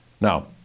Now